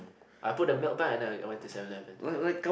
I put the milk back and I went to Seven Eleven to get